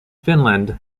finland